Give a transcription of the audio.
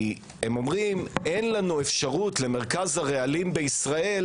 כי הם אומרים: אין לנו אפשרות למרכז הרעלים בישראל,